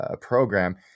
program